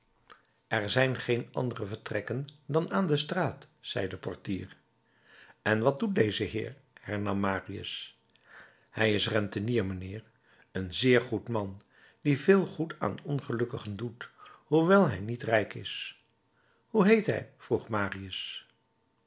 er zijn geen andere vertrekken dan aan de straat zei de portier en wat doet deze heer hernam marius hij is rentenier mijnheer een zeer goed man die veel goed aan ongelukkigen doet hoewel hij niet rijk is hoe heet hij vroeg marius